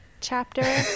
chapter